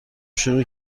شروع